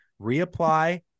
reapply